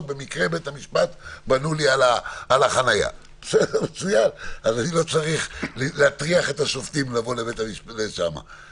85. עדיין לא ראיתי את זה, אשמח לראות.